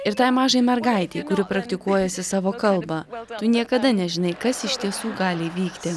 ir tai mažai mergaitei kuri praktikuojasi savo kalbą tu niekada nežinai kas iš tiesų gali įvykti